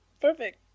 perfect